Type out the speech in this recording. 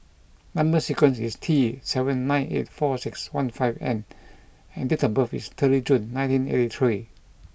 number sequence is T seven nine eight four six one five N and date of birth is thirty June nineteen eighty three